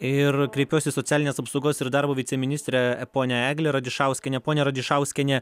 ir kreipiuosi į socialinės apsaugos ir darbo viceministrę ponią eglę radišauskienę ponia radišauskiene